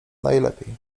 najlepiej